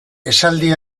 esaldi